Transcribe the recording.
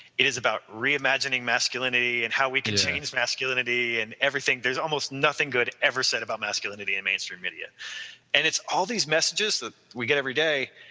it is about reimagining masculinity and how we can change masculinity and everything there is almost nothing good ever said about masculinity in mainstream media and it's all these messages that we get every day.